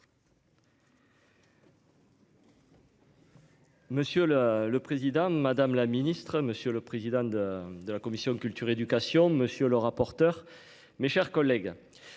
Monsieur le. Le président, madame la ministre, monsieur le président de la commission culture éducation monsieur le rapporteur. Mes chers collègues.